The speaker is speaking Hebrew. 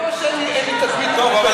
אני מראש אין לי תדמית מאופקת.